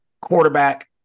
Quarterback